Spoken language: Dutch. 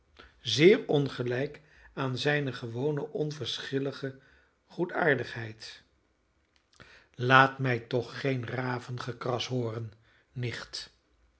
zeer ongelijk aan zijne gewone onverschillige goedaardigheid laat mij toch geen ravengekras hooren nicht